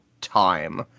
time